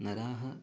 नराः